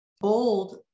Bold